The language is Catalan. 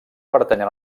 pertanyen